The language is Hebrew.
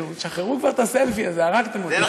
תשחררו כבר את הסלפי הזה, הרגתם אותי.